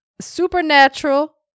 supernatural